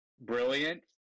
brilliant